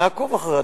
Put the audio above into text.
נעקוב אחרי הדברים,